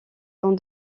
dans